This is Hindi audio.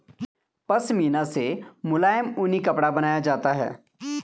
पशमीना से मुलायम ऊनी कपड़ा बनाया जाता है